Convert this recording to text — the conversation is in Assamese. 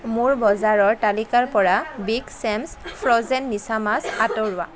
মোৰ বজাৰৰ তালিকাৰ পৰা বিগ চেম্ছ ফ্ৰ'জেন মিছামাছ আঁতৰোৱা